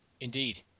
Indeed